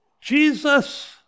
Jesus